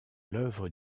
l’œuvre